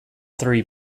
three